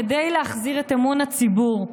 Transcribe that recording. כדי להחזיר את אמון הציבור,